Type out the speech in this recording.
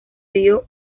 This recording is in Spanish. río